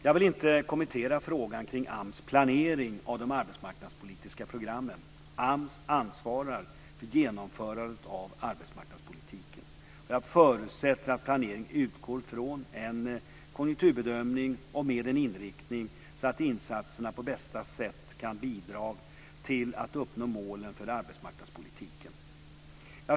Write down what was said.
Jag vill inte kommentera frågan kring AMS planering av de arbetsmarknadspolitiska programmen. AMS ansvarar för genomförandet av arbetsmarknadspolitiken. Jag förutsätter att planeringen utgår från en konjunkturbedömning och med en inriktning så att insatserna på bästa sätt kan bidra till att uppnå målen för arbetsmarknadspolitiken.